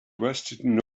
wasted